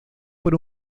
por